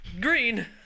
green